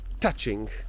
touching